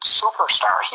superstar